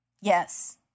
Yes